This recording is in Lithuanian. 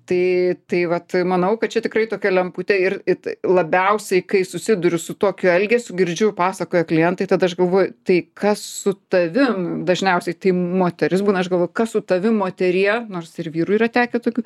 tai tai vat manau kad čia tikrai tokia lemputė ir it labiausiai kai susiduriu su tokiu elgesiu girdžiu pasakoja klientai tada aš galvoju tai kas su tavim dažniausiai moteris būna aš galvoju kas su tavim moterie nors ir vyrų yra tekę tokių